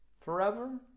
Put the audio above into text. forever